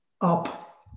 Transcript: up